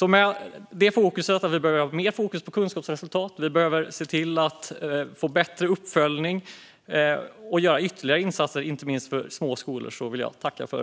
Vi behöver mer fokus på kunskapsresultat. Vi behöver se till att få bättre uppföljning och göra ytterligare insatser, inte minst för små skolor.